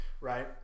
right